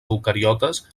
eucariotes